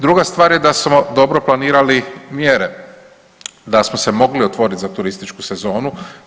Druga stvar je da smo dobro planirali mjere, da smo se mogli otvoriti za turističku sezonu.